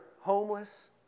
homeless